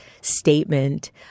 statement